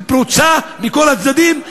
פרוצה מכל הצדדים,